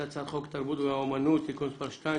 התרבות והספורט של הכנסת בנושא הצעת חוק התרבות והאמנות (תיקון מס' 2),